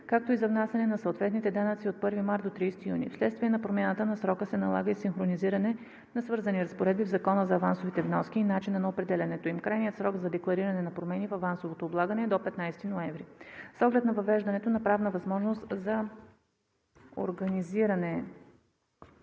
както и за внасяне на съответните данъци от 1 март до 30 юни. Вследствие на промяната на срока се налага и синхронизиране на свързани разпоредби в закона за авансовите вноски и начина на определянето им. Крайният срок за деклариране на промени в авансовото облагане е до 15 ноември. С оглед на въвеждането на правна възможност за организиране